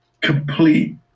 complete